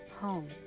home